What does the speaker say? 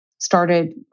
started